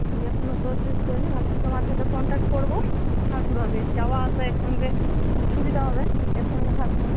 দিয়ে এখনও তো চুজ করি নি ভাবছি তোমার সাথে কন্ট্যাক্ট করবো তারপরে হবে যাওয়া আসা একসঙ্গে সুবিধা হবে একসঙ্গে থাকবো তো